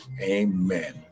amen